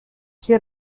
che